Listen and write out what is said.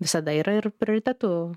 visada yra ir prioritetų